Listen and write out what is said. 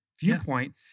viewpoint